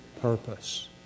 purpose